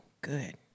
good